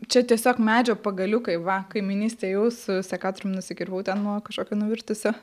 čia tiesiog medžio pagaliukai va kaimynystėje ėjau su sekatoriumi nusikirpau ten buvo kažkokie nuvirtusio